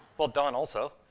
well, dawn also.